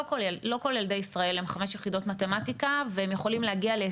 לא כל ילדי ישראל הם חמש יחידות מתמטיקה והם יכולים להגיע להישגים.